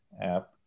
app